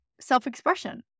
self-expression